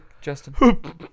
Justin